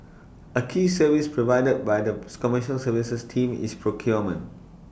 A key service provided by the commercial services team is procurement